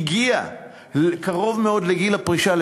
הגיעה קרוב מאוד לגיל הפרישה,